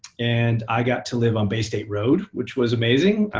and i got to live on bay state road, which was amazing.